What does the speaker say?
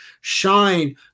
Shine